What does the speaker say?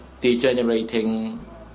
degenerating